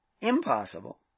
impossible